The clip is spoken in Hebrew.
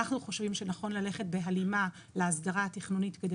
אנחנו חושבים שנכון ללכת בהלימה להסדרה התכנונית כדי